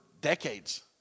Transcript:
decades